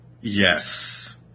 Yes